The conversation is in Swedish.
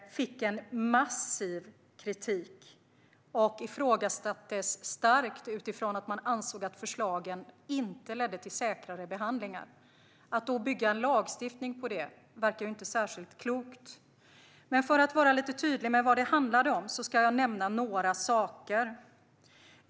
Den fick en massiv kritik och ifrågasattes starkt utifrån att man ansåg att förslagen inte ledde till säkrare behandlingar. Att då bygga en lagstiftning på detta verkar inte särskilt klokt. För att lite vara tydlig med vad det handlade om ska jag nämna några saker.